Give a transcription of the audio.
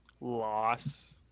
Loss